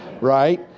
right